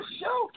show